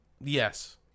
Yes